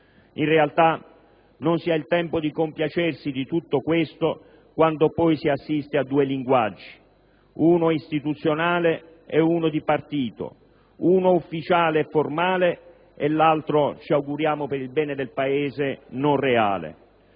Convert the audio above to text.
In realtà, non si ha il tempo di compiacersi di tutto questo, quando poi si assiste a due linguaggi: uno istituzionale e uno di partito, uno ufficiale e formale e l'altro, ci auguriamo per il bene del Paese, non reale.